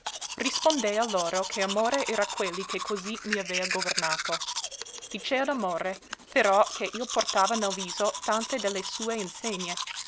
ragione rispondea loro che amore era quelli che così m'avea governato dicea d'amore però che io portava nel viso tante de le sue insegne